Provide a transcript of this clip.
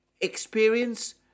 experience